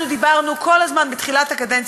אנחנו דיברנו כל הזמן בתחילת הקדנציה,